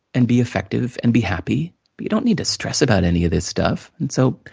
and be effective, and be happy, but you don't need to stress about any of this stuff. and so,